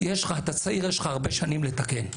אתה צעיר, יש לך הרבה שנים לתקן.